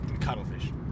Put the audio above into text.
Cuttlefish